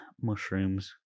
mushrooms